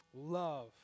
Love